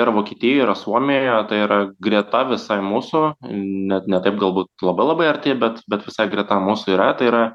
yra vokietijo yra suomijoe o tai yra greta visai mūsų net ne taip galbūt labai labai arti bet bet visai greta mūsų yra tai yra